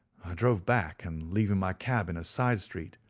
i drove back, and leaving my cab in a side street,